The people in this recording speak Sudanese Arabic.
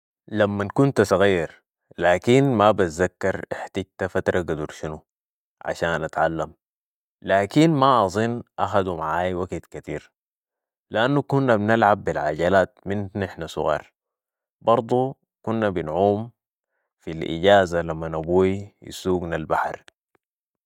لمن كنت سغير، لكن ما بتزكر احتجت فترة قدر شنو عشان اتعلم لكن ما اظن اخدوا معاي وقت كتير، لانو كنا بنلعب بي العجلات من نحن سغار، برضو كنا بنعوم في الإجازة لمن ابوي يسوقنا البحر.